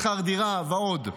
שכר דירה ועוד.